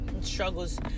struggles